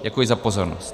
Děkuji za pozornost.